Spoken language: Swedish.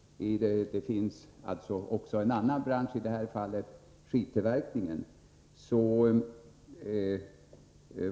Det finns också andra branscher med liknande svårigheter — i det här fallet gäller det skidtillverkning.